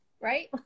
right